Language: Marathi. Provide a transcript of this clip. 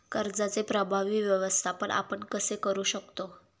कर्जाचे प्रभावी व्यवस्थापन आपण कसे करु शकतो?